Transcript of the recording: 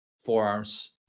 forearms